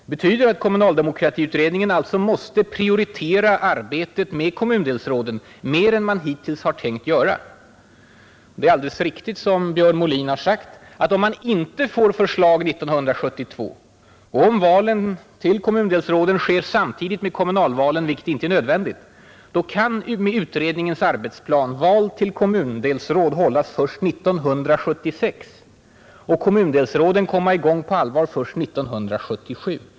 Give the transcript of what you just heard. Det betyder att kommunaldemokratiutredningen alltså måste prioritera arbetet med kommundelsråden mer än man hittills har tänkt göra. Det är alldeles riktigt, som Björn Molin har sagt, att om man inte får förslag 1972 och om valen till kommundelsråden sker samtidigt med kommunalvalen kan med utredningens arbetsplan val till kommundelsråd hållas först 1976 och kommundelsråden komma i gång på allvar först 1977.